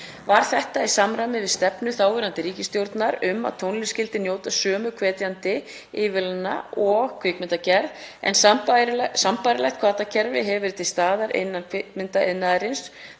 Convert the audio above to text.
Var þetta í samræmi við stefnu þáverandi ríkisstjórnar um að tónlist skyldi njóta sömu hvetjandi ívilnana og kvikmyndagerð en sambærilegt hvatakerfi hefur verið til staðar innan kvikmyndaiðnaðarins